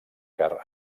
car